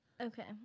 Okay